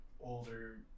older